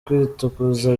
kwitukuza